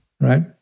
Right